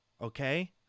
okay